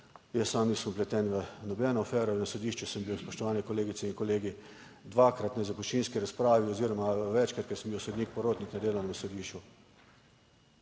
Jaz sam nisem vpleten v nobeno afero. Na sodišču sem bil, spoštovane kolegice in kolegi, dvakrat na zapuščinski razpravi oziroma večkrat, ko sem bil sodnik porotnik na Delovnem sodišču.